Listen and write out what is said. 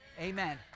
amen